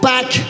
Back